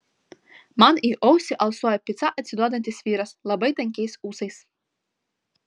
man į ausį alsuoja pica atsiduodantis vyras labai tankiais ūsais